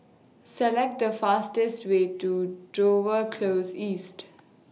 Select The fastest Way to Dover Close East